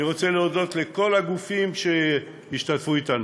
אני רוצה להודות לכל הגופים שהשתתפו אתנו: